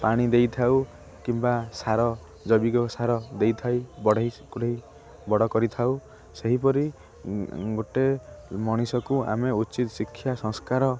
ପାଣି ଦେଇଥାଉ କିମ୍ବା ସାର ଜୈବିକ ସାର ଦେଇଥାଇ ବଢ଼େଇ କୁଢ଼େଇ ବଡ଼ କରିଥାଉ ସେହିପରି ଗୋଟେ ମଣିଷକୁ ଆମେ ଉଚିତ୍ ଶିକ୍ଷା ସଂସ୍କାର